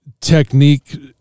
technique